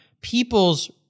people's